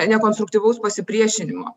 nekonstruktyvaus pasipriešinimo